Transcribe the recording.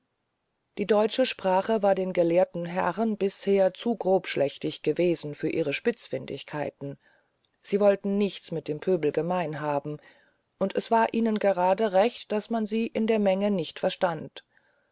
die deutsche sprache war den gelehrten herren bisher zu grobschlächtig gewesen für ihre spitzfindigkeiten sie wollten nichts mit dem pöbel gemein haben und es war ihnen gerade recht daß man sie in der menge nicht verstand